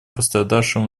пострадавшему